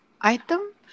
item